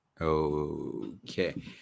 Okay